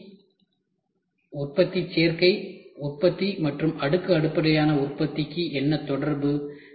உற்பத்தி உற்பத்தி சேர்க்கை உற்பத்தி மற்றும் அடுக்கு அடிப்படையிலான உற்பத்திக்கு என்ன தொடர்பு